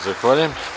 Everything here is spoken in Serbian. Zahvaljujem.